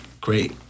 Great